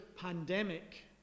pandemic